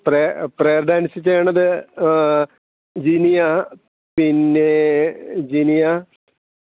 പ്രേ prayer dance ചെയ്യുന്നത് ജിനിയ പിന്നെ ജിനിയ